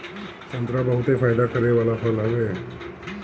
संतरा बहुते फायदा करे वाला फल हवे